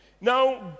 Now